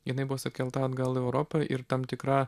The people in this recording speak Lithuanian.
jinai buvo sukelta atgal į europą ir tam tikra